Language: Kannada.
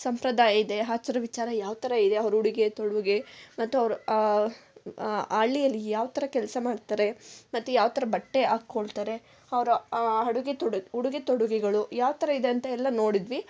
ಸಂಪ್ರದಾಯ ಇದೆ ಆಚಾರ ವಿಚಾರ ಯಾವ ಥರ ಇದೆ ಅವ್ರ ಉಡುಗೆ ತೊಡುಗೆ ಮತ್ತು ಅವರ ಹಳ್ಳಿಯಲ್ಲಿ ಯಾವ ಥರ ಕೆಲಸ ಮಾಡ್ತಾರೆ ಮತ್ತು ಯಾವ ಥರ ಬಟ್ಟೆ ಹಾಕ್ಕೊಳ್ತಾರೆ ಅವರ ಅಡುಗೆ ತೊಡು ಉಡುಗೆ ತೊಡುಗೆಗಳು ಯಾವ ಥರ ಇದೆ ಅಂತೆಲ್ಲ ನೋಡಿದ್ವಿ